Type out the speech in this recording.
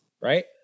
Right